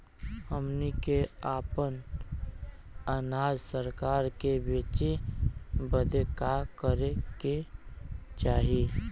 हमनी के आपन अनाज सरकार के बेचे बदे का करे के चाही?